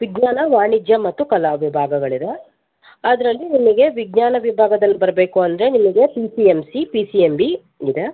ವಿಜ್ಞಾನ ವಾಣಿಜ್ಯ ಮತ್ತು ಕಲಾ ವಿಭಾಗಗಳು ಇದೆ ಅದರಲ್ಲಿ ನಿಮಗೆ ವಿಜ್ಞಾನ ವಿಭಾಗದಲ್ಲಿ ಬರಬೇಕು ಅಂದರೆ ನಿಮಗೆ P C M C P C M B ಇದೆ